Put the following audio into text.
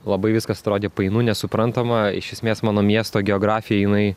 labai viskas atrodė painu nesuprantama iš esmės mano miesto geografija jinai